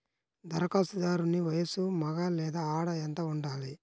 ధరఖాస్తుదారుని వయస్సు మగ లేదా ఆడ ఎంత ఉండాలి?